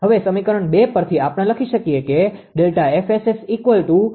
હવે સમીકરણ 2 પરથી આપણે લખી શકીએ કે છે